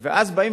יפה.